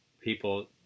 people